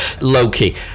loki